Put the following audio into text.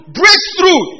breakthrough